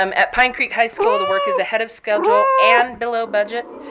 um at pine creek high school, the work is ahead of schedule and below budget.